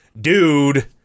dude